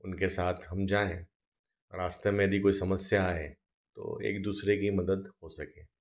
उनके साथ हम जायें और रास्ते में यदि कोई समस्या है तो एक दूसरे की मदद हो सके